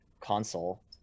console